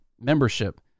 membership